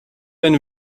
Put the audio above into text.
been